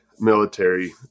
military